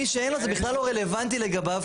מי שאין לו זה בכלל לא רלוונטי לגביו.